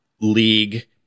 league